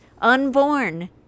Unborn